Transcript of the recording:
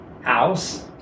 house